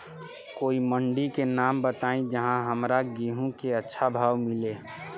कोई मंडी के नाम बताई जहां हमरा गेहूं के अच्छा भाव मिले?